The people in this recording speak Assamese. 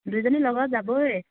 দুইজনী লগত যাবই